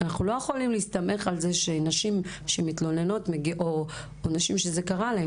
אנחנו לא יכולים להסתמך על זה שנשים שמתלוננות או נשים שזה קרה להן,